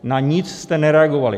Na nic jste nereagovali.